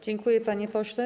Dziękuję, panie pośle.